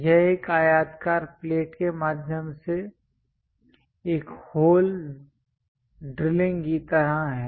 यह एक आयताकार प्लेट के माध्यम से एक होल ड्रिलिंग की तरह है